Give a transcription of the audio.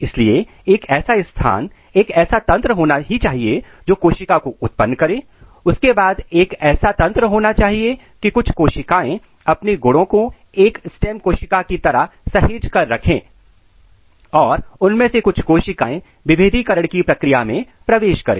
इसलिए एक ऐसा स्थान एक ऐसा तंत्र होना ही चाहिए जो कोशिका को उत्पन्न करें और उसके बाद एक ऐसा तंत्र होना चाहिए कि कुछ कोशिकाएं अपने गुणों को एक स्टेम कोशिका की तरह सहेज कर रखे हैं और उनमें से कुछ कोशिकाएं विभेदीकरण की प्रक्रिया में प्रवेश करें